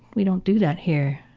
we don't do that here.